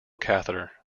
catheter